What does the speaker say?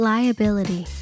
Liability